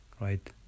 right